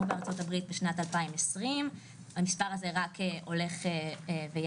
בארצות הברית בשנת 2020. המספר הזה רק הולך ועולה.